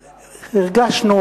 הרגשנו,